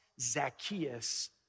Zacchaeus